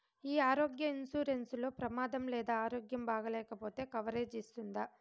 ఈ ఆరోగ్య ఇన్సూరెన్సు లో ప్రమాదం లేదా ఆరోగ్యం బాగాలేకపొతే కవరేజ్ ఇస్తుందా?